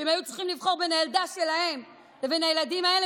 שהם היו צריכים לבחור בין הילדה שלהם לבין הילדים האלה,